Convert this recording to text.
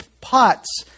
pots